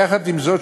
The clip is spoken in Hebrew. יחד עם זאת,